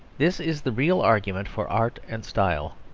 this is the real argument for art and style,